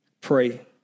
Pray